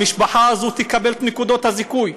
המשפחה הזאת תקבל את נקודות הזיכוי.